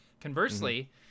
Conversely